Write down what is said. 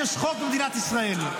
יש חוק במדינת ישראל.